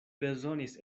bezonis